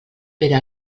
però